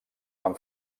van